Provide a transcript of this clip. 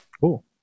Cool